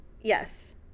Yes